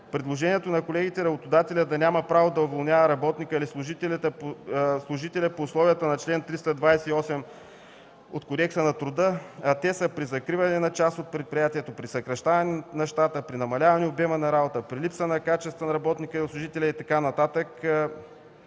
Предложението на колегите е работодателят да няма право да уволнява работника или служителя, ако служителят е при условията на чл. 328 от Кодекса на труда, а те са: при закриване на част от предприятието, при съкращаване на щата, при намаляване обема на работа, при липса на качества на работника и служителя и така